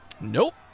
Nope